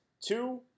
two